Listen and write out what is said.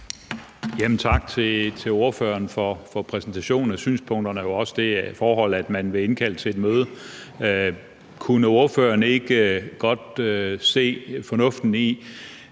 Tak til ordføreren for præsentationen af synspunkterne og jo også for det forhold, at man vil indkalde til et møde. Kunne ordføreren ikke godt se fornuften i,